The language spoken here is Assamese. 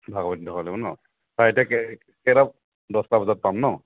ভাগৱতীক দেখুৱাব লাগিব ন হয় এতিয়া কেই কেইটা দহটা বজাত পাম ন